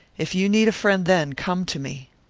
if you need a friend then, come to me.